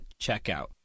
checkout